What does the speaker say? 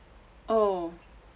oh